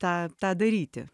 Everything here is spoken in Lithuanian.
tą tą daryti